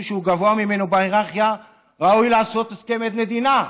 שהוא גבוה ממנו בהיררכיה ראוי לעשות הסכם עד מדינה.